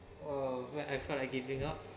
uh where I felt like giving up